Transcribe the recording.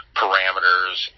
parameters